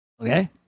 Okay